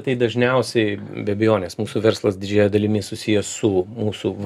tai dažniausiai be abejonės mūsų verslas didžiąja dalimi susijęs su mūsų